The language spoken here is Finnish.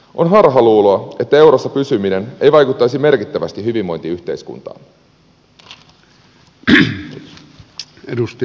on harhaluulo että eurossa pysyminen ei vaikuttaisi merkittävästi hyvinvointiyhteiskuntaan